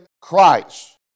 Christ